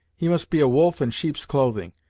he must be a wolf in sheep's clothing.